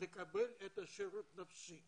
לקבל את השירות הנפשי